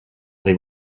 dai